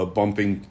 bumping